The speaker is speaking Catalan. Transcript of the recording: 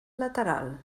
lateral